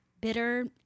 bitter